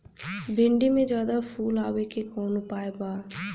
भिन्डी में ज्यादा फुल आवे के कौन उपाय बा?